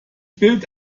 bild